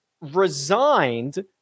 resigned